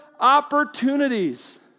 opportunities